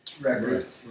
records